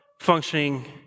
functioning